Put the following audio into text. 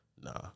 nah